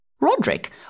Roderick